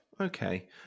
okay